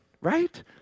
right